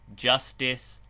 justice,